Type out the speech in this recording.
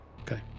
Okay